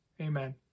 amen